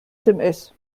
sms